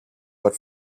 but